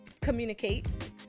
communicate